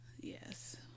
Yes